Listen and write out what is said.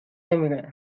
نمیره